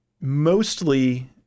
mostly